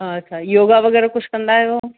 अच्छा योगा वग़ैरह कुझु कंदा आहियो